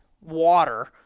water